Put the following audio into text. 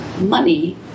Money